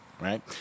right